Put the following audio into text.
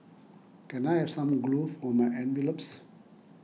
can I have some glue for my envelopes